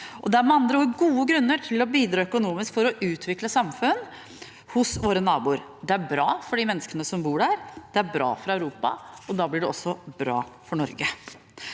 Det er med andre ord gode grunner til å bidra økonomisk for å utvikle samfunn hos våre naboer. Det er bra for de menneskene som bor der, det er bra for Europa, og da blir det også bra for Norge.